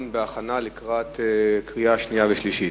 בהכנתה לקראת קריאה שנייה ולקריאה שלישית.